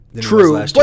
True